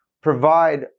provide